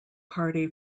party